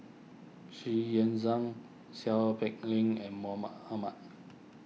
Xu Yuan Zhen Seow Peck Leng and Mahmud Ahmad